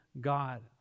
God